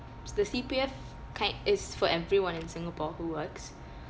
s~ the C_P_F kind is for everyone in singapore who works